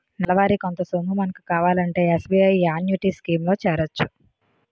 నెలవారీ కొంత సొమ్ము మనకు కావాలంటే ఎస్.బి.ఐ యాన్యుటీ స్కీం లో చేరొచ్చు